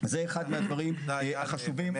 זה אחד הדברים החשובים.